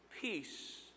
peace